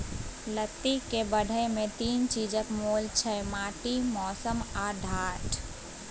लत्ती केर बढ़य मे तीन चीजक मोल छै माटि, मौसम आ ढाठ